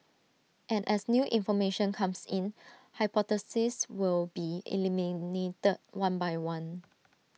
and as new information comes in hypotheses will be eliminated one by one